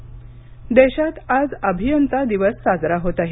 अभियंता दिन देशात आज अभियंता दिवस साजरा होत आहे